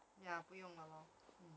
ya 不用了 lor mm